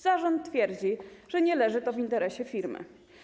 Zarząd twierdzi, że nie leży to w interesie firmy.